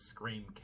*Scream*